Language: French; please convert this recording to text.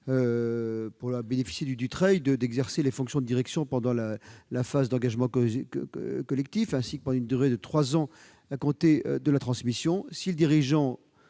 pouvoir bénéficier du pacte Dutreil, d'exercer les fonctions de direction pendant la phase d'engagement collectif et pendant une durée de trois ans à compter de la transmission. Si le dirigeant